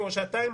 או השעתיים,